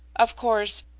of course,